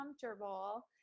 comfortable